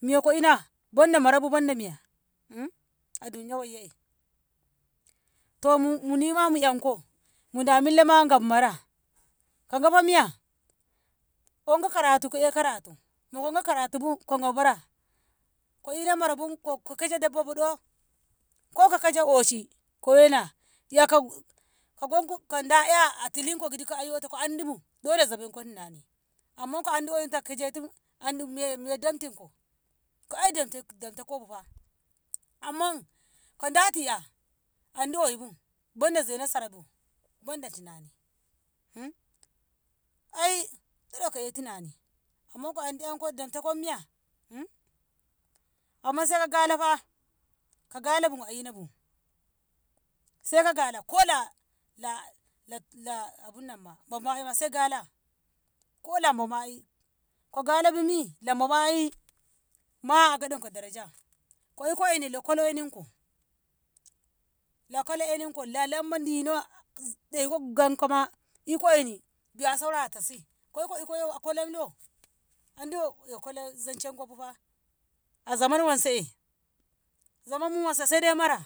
Miya ko ina banda marabu banda miya a duniya wayye to munima mu yanko muda milla gaf mara ko gofa miya onko karatu ko e' karatu nagoko karatubu ko gau bara ko ina karatubu ko kaje dabbobi do ko ka kaja oshi kowena yako koganko koda 'ya a tilinko kiti ka'ayyoto ko andibu dole zamen konni yane amma ko andi oyu ko kajetu andi miya damtiko ki eyyo damtakobu fa amma koda ti'ya andi oyubu bone sena sarabu bandi tinani ai dole ko eh tinani ko moiko andi 'yai damteko miya amma saiko galafa ko galabu a inabu saiko gala ko la- la- la abunnanma boma'i saiko gala ko lambama ai kogala bimi lambama ai ma ai a gadonko daraja ko iko eni lo kwala eninko, lo akwala eninko la lamba dino deko gamkoma iko eni biya a saurari tisi koi iko yoko akwaile lo andi lo akwala zanjenko bu ma'i azaman wanse, zaman wanse saidai mara